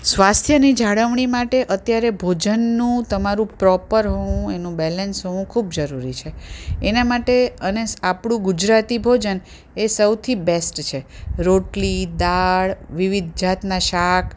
સ્વાસ્થ્યની જાળવણી માટે અત્યારે ભોજનનું તમારું પ્રોપર હોવું એનું બેલેન્સ હોવું ખૂબ જરૂરી છે એનાં માટે અને સ આપણું ગુજરાતી ભોજન એ સૌથી બેસ્ટ છે રોટલી દાળ વિવિધ જાતનાં શાક